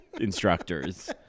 instructors